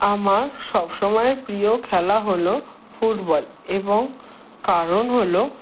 আমার সব সময় প্রিয় খেলা হলো ফুটবল এবং কারণ হলো